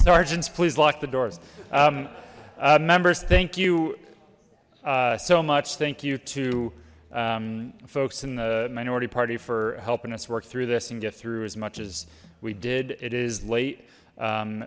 sergeant's please lock the doors members thank you so much thank you two folks in the minority party for helping us work through this and get through as much as we did it is late